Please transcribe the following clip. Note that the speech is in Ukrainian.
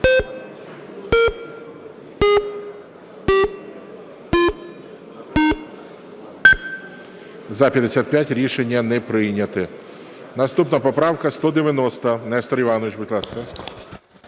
За-55 Рішення не прийнято. Наступна поправка 190. Нестор Іванович, будь ласка.